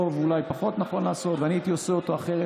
אולי פחות נכון לעשות ואני הייתי עושה אותו אחרת,